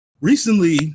Recently